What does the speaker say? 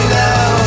now